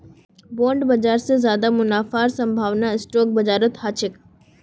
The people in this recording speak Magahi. बॉन्ड बाजार स ज्यादा मुनाफार संभावना स्टॉक बाजारत ह छेक